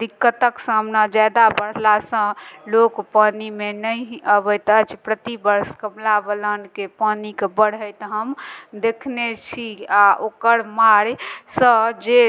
दिक्कतक सामना ज्यादा बढ़लासँ लोक पानिमे नहि अबैत अछि प्रति वर्ष कमला बलानके पानिकेँ बढ़ैत हम देखने छी आ ओकर मारिसँ जे